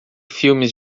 filmes